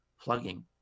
plugging